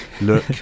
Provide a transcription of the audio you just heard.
look